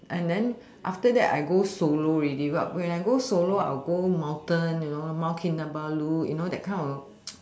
and then after that I go solo already but when I go solo I will go mountain you know mount kinabalu you know that kind of